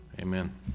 Amen